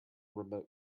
remote